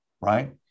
Right